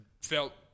felt